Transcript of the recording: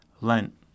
Lent